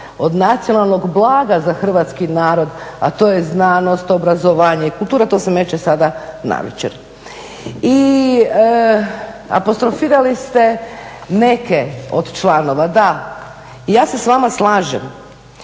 od nacionalnog blaga za hrvatski narod, a to je znanost, obrazovanje i kultura, to se meće sada navečer. I apostrofirali ste neke od članova da, ja se s vama slažem,